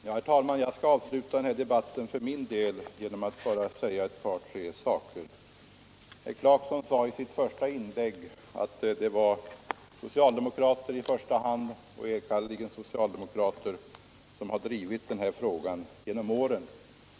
Herr talman! Jag skall avsluta den här debatten för min del genom att säga ett par tre saker. I sitt första inlägg sade herr Clarkson att det i första hand och enkannerligen var socialdemokrater som hade drivit den här frågan genom åren.